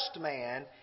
man